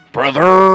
Brother